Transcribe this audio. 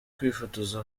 kwifotoza